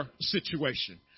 situation